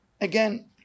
again